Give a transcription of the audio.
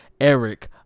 Eric